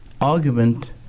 argument